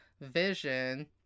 vision